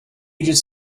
ages